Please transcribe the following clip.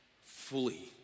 fully